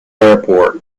airport